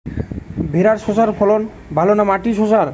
ভেরার শশার ফলন ভালো না মাটির শশার?